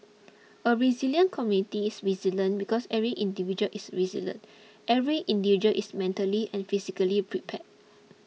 a resilient community is resilient because every individual is resilient every individual is mentally and physically prepare